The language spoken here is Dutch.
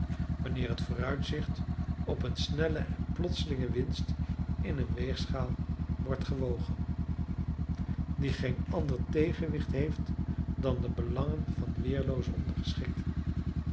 wanneer het vooruitzicht op eene snelle en plotselinge winst in eene weegschaal wordt gewogen die geen ander tegenwicht heeft dan de belangen van weerlooze ondergeschikten